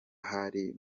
hari